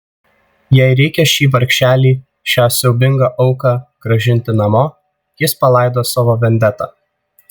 jei reikia šį vargšelį šią siaubingą auką grąžinti namo jis palaidos savo vendetą